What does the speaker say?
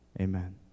Amen